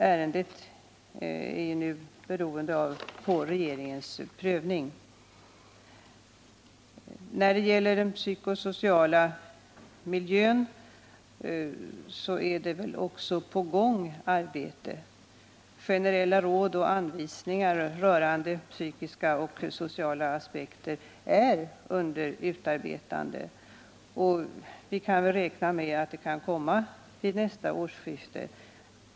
Ärendet är nu beroende av regeringens prövning. När det gäller den psykosociala miljön är också arbete på gång. Generella råd och anvisningar rörande psykiska och sociala aspekter är under utarbetande, och vi kan räkna med att de kan komma vid nästa årsskifte.